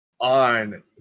on